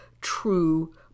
true